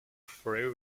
free